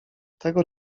tego